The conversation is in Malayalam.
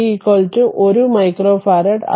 c 1 micro farad